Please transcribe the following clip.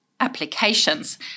applications